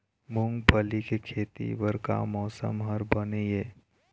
मूंगफली के खेती बर का मौसम हर बने ये?